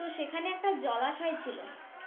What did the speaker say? তো সেখানে একটা জলাশয় ছিল